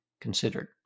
considered